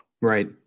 Right